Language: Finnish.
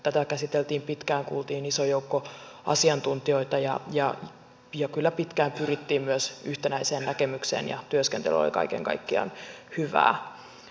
tätä käsiteltiin pitkään kuultiin iso joukko asiantuntijoita ja kyllä pitkään pyrittiin myös yhtenäiseen näkemykseen ja työskentely oli kaiken kaikkiaan hyvää